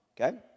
Okay